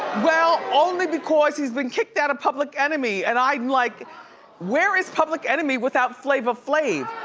well, only because he's been kicked out of public enemy and i'm like where is public enemy without flava flav.